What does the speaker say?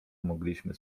mogliśmy